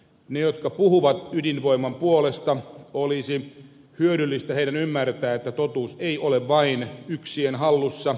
heidän jotka puhuvat ydinvoiman puolesta olisi hyödyllistä ymmärtää että totuus ei ole vain yksien hallussa